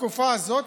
בתקופה הזאת?